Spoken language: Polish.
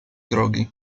drogi